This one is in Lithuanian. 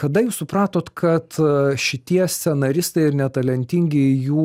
kada jūs supratot kad šitie scenaristai ir netalentingi jų